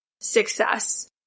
success